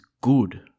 good